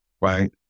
Right